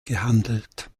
gehandelt